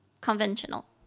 Conventional